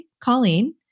Colleen